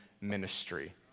ministry